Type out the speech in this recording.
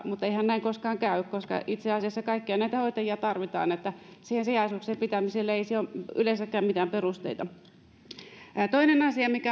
mutta eihän näin koskaan käy koska itse asiassa kaikkia näitä hoitajia tarvitaan eli niiden sijaisuuksien pitämiselle ei yleensäkään ole mitään perusteita toinen asia mikä